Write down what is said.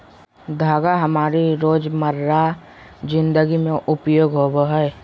धागा हमारी रोजमर्रा जिंदगी में उपयोगी होबो हइ